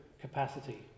capacity